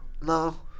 No